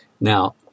Now